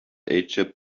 egypt